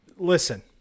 listen